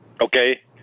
okay